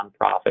nonprofit